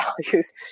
values